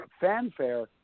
fanfare